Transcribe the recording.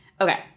Okay